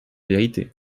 verité